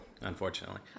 Unfortunately